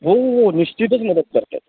हो हो निश्चितच मदत करतात